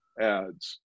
ads